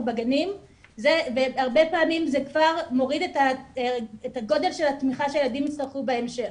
בגנים והרבה פעמים זה מוריד את גודל התמיכה שהילדים יצטרכו בהמשך.